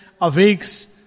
awakes